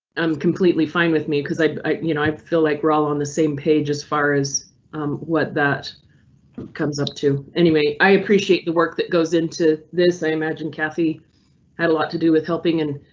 i'm completely fine with me, cause i i you know, i feel like we're all on the same page as far as what that comes up to. anyway, i appreciate the work that goes into this. i imagine kathy had a lot to do with helping and.